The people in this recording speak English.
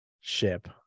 ship